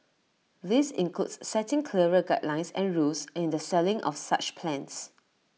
this includes setting clearer guidelines and rules in the selling of such plans